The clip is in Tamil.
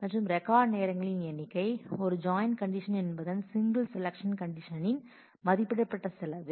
மற்றும் ரெக்கார்ட் நேரங்களின் எண்ணிக்கை ஒரு ஜாயின் கண்டிஷன் என்பதன் சிங்கிள் செலக்ஷன் கண்டிஷனின் மதிப்பிடப்பட்ட செலவு